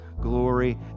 glory